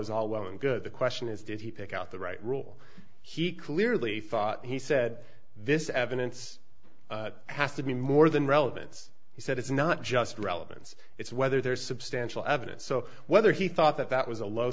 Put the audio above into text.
is all well and good the question is did he pick out the right rule he clearly thought he said this evidence has to be more than relevance he said it's not just relevance it's whether there is substantial evidence so whether he thought that that was a low